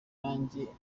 yanjye